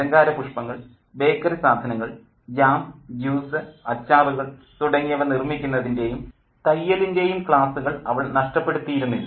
അലങ്കാര പുഷ്ങ്ങൾ ബേക്കറി സാധനങ്ങൾ ജാം ജ്യൂസ് അച്ചാറുകൾ തുടങ്ങിയവ നിർമ്മിക്കുന്നതിൻ്റേയും തയ്യലിൻ്റേയും ക്ലാസ്സുകൾ അവൾ നഷ്ടപ്പെടുത്തിയിരുന്നില്ല